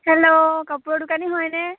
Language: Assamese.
হেল্ল' কাপোৰৰ দোকানী হয়নে